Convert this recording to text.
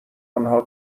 انها